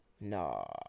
No